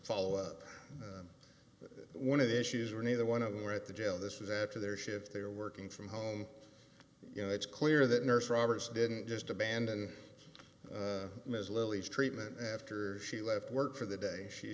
follow up one of the issues are neither one of them were at the jail this is after their shift they are working from home you know it's clear that nurse roberts didn't just abandon ms lily's treatment after she left work for the day she